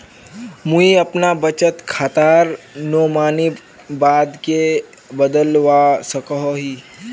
मुई अपना बचत खातार नोमानी बाद के बदलवा सकोहो ही?